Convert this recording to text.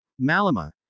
Malama